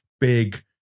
big